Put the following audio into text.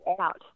out